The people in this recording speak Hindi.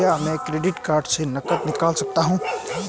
क्या मैं क्रेडिट कार्ड से नकद निकाल सकता हूँ?